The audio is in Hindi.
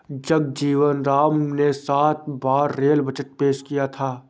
जगजीवन राम ने सात बार रेल बजट पेश किया था